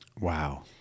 Wow